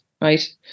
right